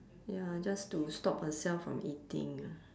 ya just to stop herself from eating